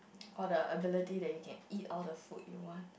or the ability that you can eat all the food you want